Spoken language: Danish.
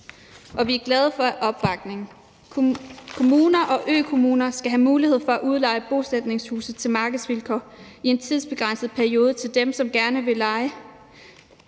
og vi er glade for opbakningen. Kommuner og økommuner skal have mulighed for at udleje bosætningshuse til markedsvilkår i en tidsbegrænset periode til dem, som gerne vil